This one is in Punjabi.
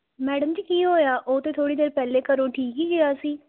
ਮੈਡਮ ਜੀ ਕੀ ਹੋਇਆ ਉਹ ਤਾਂ ਥੋੜ੍ਹੀ ਦੇਰ ਪਹਿਲੇ ਘਰੋਂ ਠੀਕ ਹੀ ਗਿਆ ਸੀ